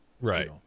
Right